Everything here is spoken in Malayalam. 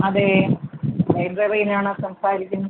അതെ ലൈബ്രേറിയനാണ് സംസാരിക്കുന്നത്